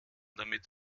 damit